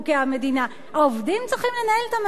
העובדים צריכים לנהל את המשא-ומתן הזה?